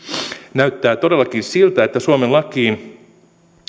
näyttää todellakin siltä että suomen lakiin